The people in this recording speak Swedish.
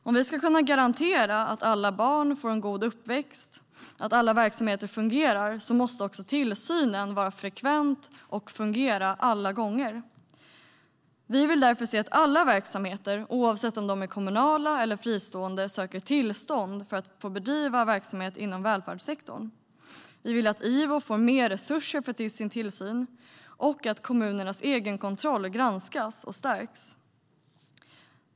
Om vi ska kunna garantera att alla barn får en god uppväxt och att alla verksamheter fungerar måste tillsynen vara frekvent och fungera alla gånger. Vi vill därför se att alla verksamheter, oavsett om de är kommunala eller fristående, söker tillstånd för att få bedriva verksamhet inom välfärdssektorn. Vi vill att Ivo får mer resurser för sin tillsyn och att kommunernas egenkontroll granskas och stärks.